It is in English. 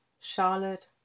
charlotte